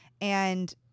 and-